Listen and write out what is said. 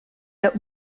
der